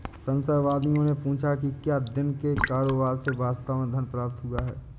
संशयवादियों ने पूछा कि क्या दिन के कारोबार से वास्तव में धन प्राप्त हुआ है